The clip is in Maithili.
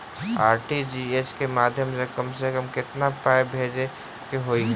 आर.टी.जी.एस केँ माध्यम सँ कम सऽ कम केतना पाय भेजे केँ होइ हय?